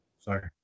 sorry